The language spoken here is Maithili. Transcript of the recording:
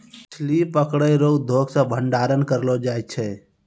मछली पकड़ै रो उद्योग से भंडारण करलो जाय छै